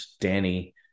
Danny